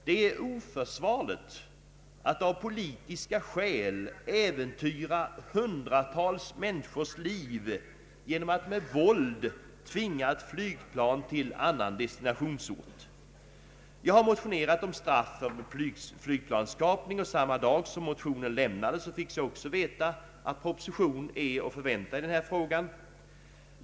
Det är oförsvarligt att av politiska skäl äventyra hundratals människors liv genom att med våld tvinga ett flygplan till annan destinationsort. Jag har motionerat om straff för flygplanskapning, och samma dag som motionen lämnades fick jag också veta att proposition är att förvänta i denna fråga.